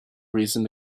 reason